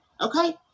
Okay